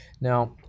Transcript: Now